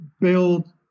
build